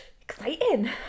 Exciting